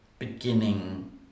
beginning